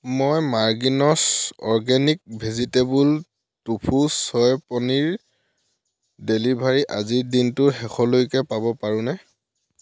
মই Margins organic vegetable tofu soy paneer delivery আজিৰ দিনটোৰ শেষলৈকে পাব পাৰোঁনে